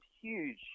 huge